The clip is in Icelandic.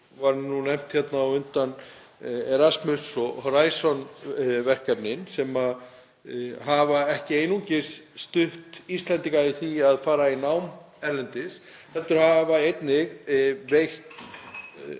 Hér á undan voru nefnd Erasmus- og Horizon-verkefnin sem hafa ekki einungis stutt Íslendinga í því að fara í nám erlendis heldur hafa einnig veitt